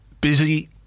busy